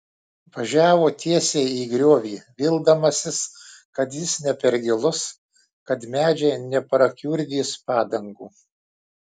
važiavo tiesiai į griovį vildamasis kad jis ne per gilus kad medžiai neprakiurdys padangų